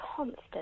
constant